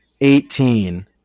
eighteen